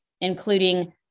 including